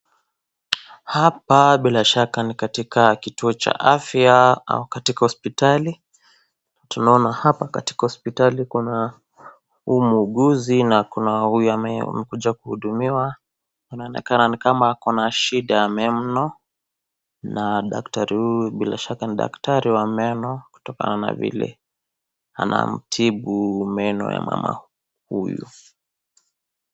Hapa bila shaka ni katika kituo cha afya au katika hospitali, tunaona hapa katika hospitali kuna huu muuguzi na kuna huyu amekuja kuhudumiwa, inaonekana ni kama ako na shinda ya meno na daktari huyu bila shaka ni daktari wa meno kutokana na vile anamtibu meno ya mama huyu.